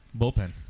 Bullpen